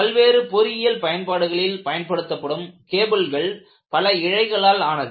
பல்வேறு பொறியியல் பயன்பாடுகளில் பயன்படுத்தப்படும் கேபிள்கள் பல இழைகளால் ஆனது